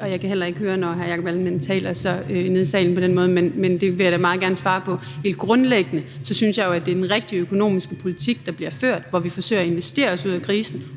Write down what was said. og jeg kan heller ikke høre, når hr. Jakob Ellemann-Jensen taler nede i salen på den måde, men det vil jeg da meget gerne svare på. Helt grundlæggende synes jeg jo, at det er den rigtige økonomiske politik, der bliver ført, hvor vi forsøger at investere os ud af krisen,